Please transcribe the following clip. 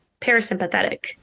parasympathetic